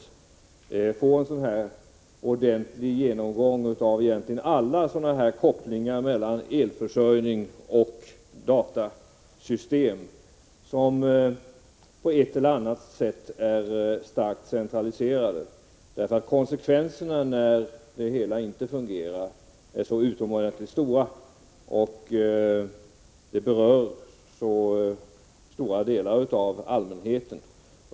Därför tror jag att det är väldigt viktigt med en ordentlig genomgång av alla kopplingar mellan elförsörjning och datasystem som på ett eller annat sätt är starkt centraliserade, för när det hela inte fungerar blir ju konsekvenserna utomordentligt omfattande för en stor allmänhet.